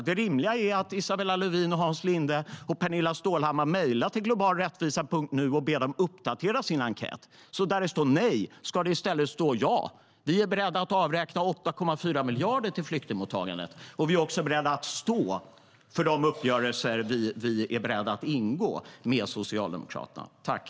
Det rimliga är att Isabella Lövin, Hans Linde och Pernilla Stålhammar mejlar till Global rättvisa nu och ber dem uppdatera sin enkät så att det där det nu står nej i stället ska stå ja - vi är beredda att avräkna 8,4 miljarder till flyktingmottagandet, och vi är också beredda att stå för de uppgörelser vi ingår med Socialdemokraterna.Överläggningen var härmed avslutad.